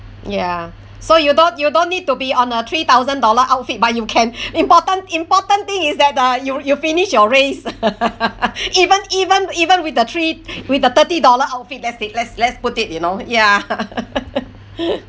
ya so you don't you don't need to be on a three thousand dollar outfit but you can important important thing is that uh you you finish your race even even even with a three with a thirty dollar outfit that's it let's let's put it you know ya